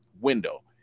window